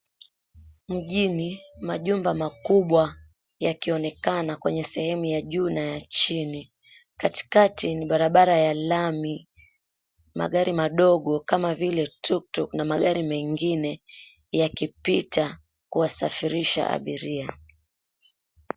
Mjini majumba makubwa yakionekana kwenye sehemu ya juu na ya chini. Katikati ni barabara ya lami. Magari madogo kama vile tuktuk na magari mengine, yakipita kuwasafirisha abiria.